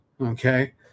okay